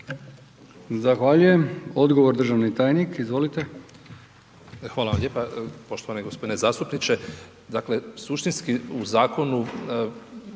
Zahvaljujem. Odgovor državni tajnik, izvolite. **Katić, Žarko** Hvala vam lijepa. Poštovani g. zastupniče. Dakle suštinski u zakonu